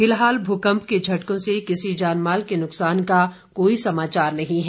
फिलहाल भूंकप के झटकों से किसी जानमान के नुकसान का कोई समाचार नहीं है